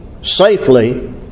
safely